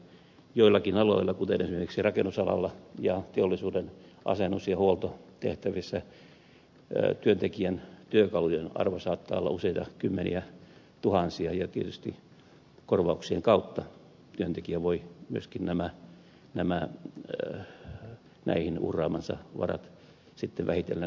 joillakin aloilla kuten esimerkiksi rakennusalalla ja teollisuuden asennus ja huoltotehtävissä työntekijän työkalujen arvo saattaa olla useita kymmeniä tuhansia ja tietysti korvauksien kautta työntekijä voi myöskin näihin uhraamansa varat sitten vähitellen takaisin saada